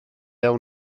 awn